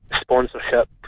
sponsorship